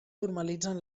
formalitzen